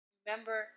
Remember